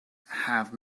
have